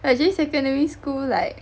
but actually secondary school like